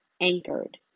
anchored